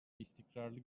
istikrarlı